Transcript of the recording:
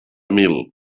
mil